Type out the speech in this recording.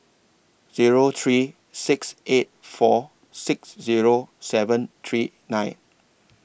Zero three six eight four six Zero seven three nine